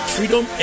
Freedom